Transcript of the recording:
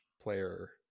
player